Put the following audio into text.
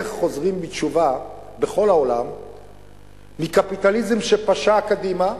איך חוזרים בתשובה בכל העולם מקפיטליזם שפשה קדימה,